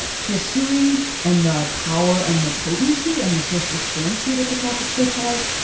history and the power and the potency and the social currency that the catholic church has.